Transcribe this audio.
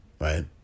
right